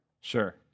Sure